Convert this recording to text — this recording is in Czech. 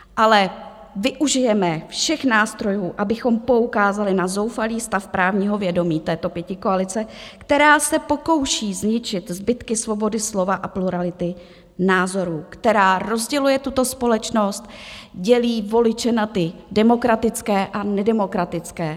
Ale využijeme všech nástrojů, abychom poukázali na zoufalý stav právního vědomí této pětikoalice, která se pokouší zničit zbytky svobody slova a plurality názorů, která rozděluje tuto společnost, dělí voliče na demokratické a nedemokratické.